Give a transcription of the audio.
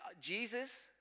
Jesus